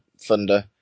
Thunder